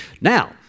Now